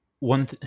One